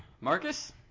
Marcus